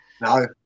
No